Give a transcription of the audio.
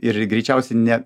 ir greičiausiai ne